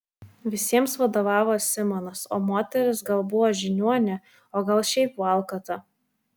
visiems vadovavo simonas o moteris gal buvo žiniuonė o gal šiaip valkata